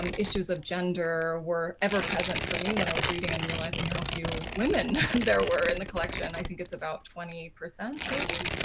um issues of gender were ever present for me when i was reading and realizing how few women there were in the collection. i think it's about twenty, maybe.